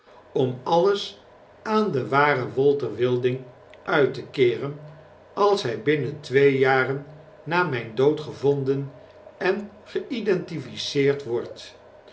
om alles aan den waren walter wilding uit te keeren als hy binnen twee jaren na myn dood gevonden en geidentifieerd wordt